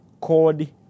called